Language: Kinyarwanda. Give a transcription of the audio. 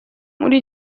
muri